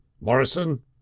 morrison